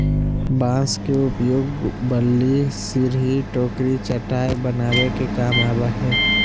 बांस के उपयोग बल्ली, सिरही, टोकरी, चटाय बनावे के काम आवय हइ